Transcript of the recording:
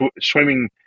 swimming